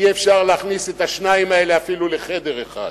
אי-אפשר להכניס את השניים האלה אפילו לחדר אחד.